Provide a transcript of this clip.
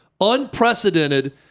Unprecedented